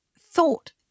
thought